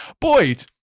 Boyd